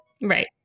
right